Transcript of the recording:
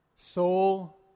soul